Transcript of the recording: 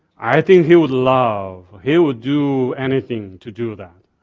i think he would love, he would do anything to do that.